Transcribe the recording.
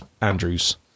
Andrew's